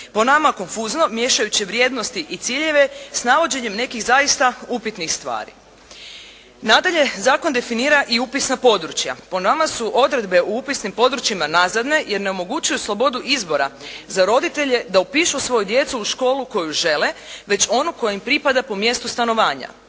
Po nama konfuzno miješajući vrijednosti i ciljeve s navođenjem nekih zaista upitnih stvari. Nadalje, zakon definira i upisna područja. Po nama su odredbe o upisnim područjima nazadne, jer ne omogućuju slobodu izbora za roditelje da upišu svoju djecu u školu koju žele već onu koja im pripada po mjestu stanovanja.